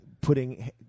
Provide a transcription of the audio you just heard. putting